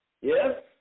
Yes